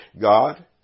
God